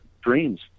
dreams